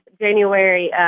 January